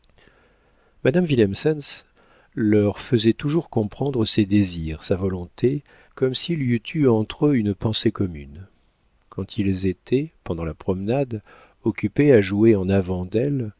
willemsens leur faisait toujours comprendre ses désirs sa volonté comme s'il y eût eu entre eux une pensée commune quand ils étaient pendant la promenade occupés à jouer en avant d'elle